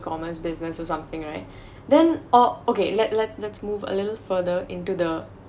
E commerce business or something right then or okay let let let's move a little further into the